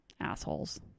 assholes